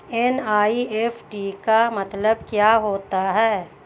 NEFT का मतलब क्या होता है?